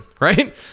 right